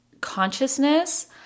consciousness